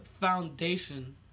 foundation